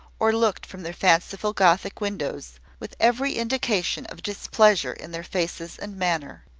or looked from their fanciful gothic windows, with every indication of displeasure in their faces and manner.